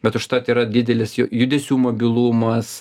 bet užtat yra didelis ju judesių mobilumas